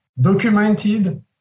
documented